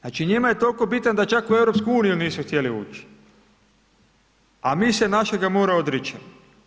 Znači njima je toliko bitan da čak u EU nisu htjeli ući, a mi se našega mora odričemo.